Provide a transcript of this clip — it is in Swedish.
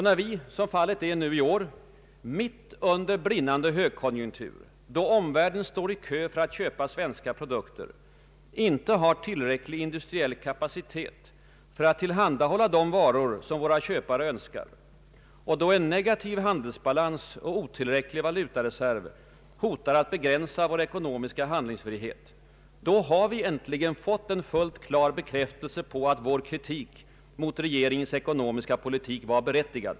När vi — som fallet är i år — mitt under brinnande högkonjunktur, då omvärlden står i kö för att köpa svenska produkter, inte har tillräcklig industriell kapacitet att tillhandahålla de varor våra köpare önskar och då en negativ handelsbalans och otillräcklig valutaresery hotar att begränsa vår ekonomiska handlingsfrihet, då har vi äntligen fått en fullt klar bekräftelse på att vår kritik mot regeringens ekonomiska politik varit berättigad.